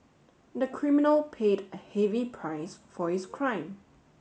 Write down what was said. the criminal paid a heavy price for his crime